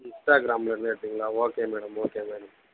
இன்ஸ்டாகிராமிலேருந்து எடுத்தீங்களா okay madam okay madam